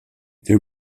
there